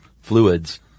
fluids